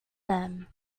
them